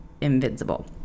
invincible